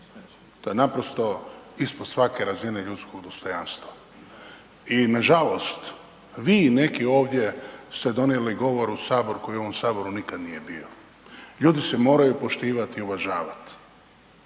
To je naprosto ispod svake razine ljudskog dostojanstva. I nažalost vi neki ovdje ste donijeli govor u sabor koji ovdje u ovom saboru nikad nije bio. Ljudi se moraju poštivati i uvažavat.